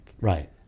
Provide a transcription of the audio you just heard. Right